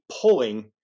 pulling